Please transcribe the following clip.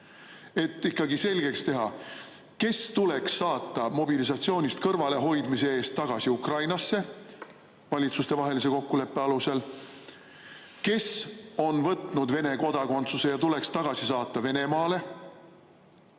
tuleks selgeks teha, kes tuleks saata mobilisatsioonist kõrvalehoidmise eest tagasi Ukrainasse valitsustevahelise kokkuleppe alusel, kes on võtnud Vene kodakondsuse ja tuleks tagasi saata Venemaale